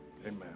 Amen